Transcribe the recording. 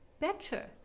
better